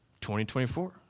2024